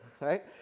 right